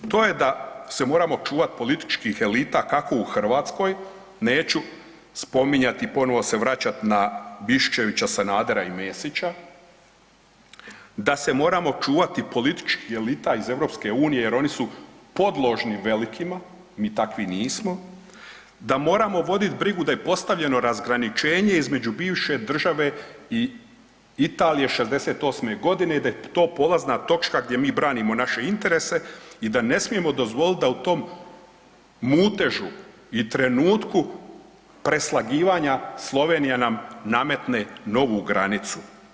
To je da se moramo čuvat političkih elita kako u Hrvatskoj, neću spominjat i ponovo se vraćat na Bišćevića, Sanadera i Mesića, da se moramo čuvati političkih elita iz EU jer oni su podložni velikima, mi takvi nismo, da moramo vodit brigu da je postavljeno razgraničenje između bivše države i Italije '68.g. i da je to polazna točka gdje mi branimo naše interese i da ne smijemo dozvolit da u tom mutežu i trenutku preslagivanja Slovenija nam nametne novu granicu.